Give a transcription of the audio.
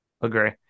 Agree